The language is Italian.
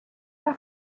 era